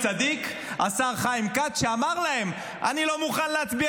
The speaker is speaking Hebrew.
חייב להצביע